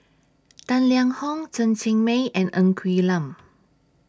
Tang Liang Hong Chen Cheng Mei and Ng Quee Lam